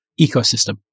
ecosystem